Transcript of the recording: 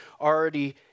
already